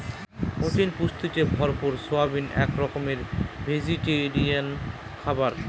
protein পুষ্টিতে ভরপুর soybean এক রকমের ভেজিটেরিয়ান খাবার